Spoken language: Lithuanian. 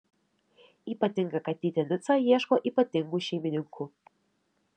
ypatinga katytė nica ieško ypatingų šeimininkų